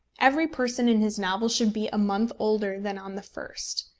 every person in his novel should be a month older than on the first.